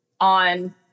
on